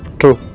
true